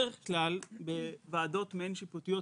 בדרך כלל בוועדות מעין שיפוטיות,